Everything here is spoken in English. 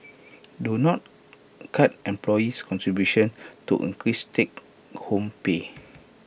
do not cut employee's contributions to increase take home pay